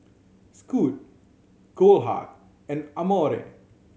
Scoot Goldheart and Amore